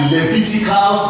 Levitical